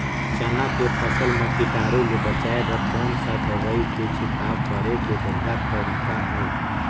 चाना के फसल मा कीटाणु ले बचाय बर कोन सा दवाई के छिड़काव करे के बढ़िया तरीका हे?